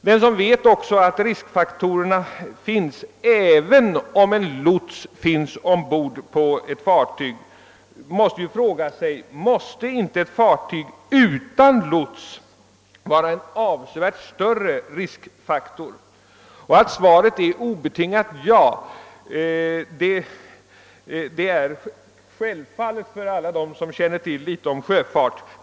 Den som känner till vilka riskfaktorer som finns även när ett fartyg har lots ombord måste fråga sig, om inte ett fartyg utan lots innebär en avsevärt större säkerhetsrisk. Att svaret är ett obetingat ja är självfallet för alla dem som känner till litet om sjöfart.